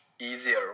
easier